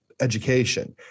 education